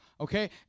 okay